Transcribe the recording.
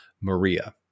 Maria